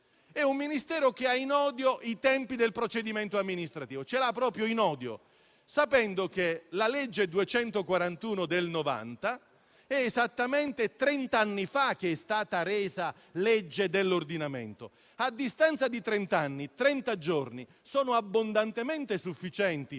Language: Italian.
procedimenti e che ha in odio i tempi del procedimento amministrativo; li ha proprio in odio, sapendo che la legge n. 241 del 1990 è esattamente trent'anni fa che è stata resa legge dell'ordinamento. A distanza di trent'anni, trenta giorni sono abbondantemente sufficienti